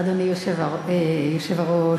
אדוני היושב-ראש,